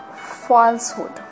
falsehood